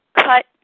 cut